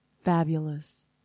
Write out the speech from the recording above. fabulous